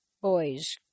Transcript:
boys